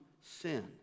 sin